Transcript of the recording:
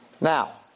now